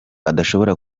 adashobora